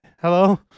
hello